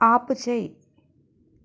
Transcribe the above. ఆపు చెయ్యి